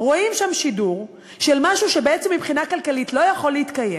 רואים שם שידור של משהו שבעצם מבחינה כלכלית לא יכול להתקיים,